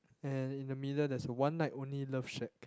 and in the middle there's a one night only love shack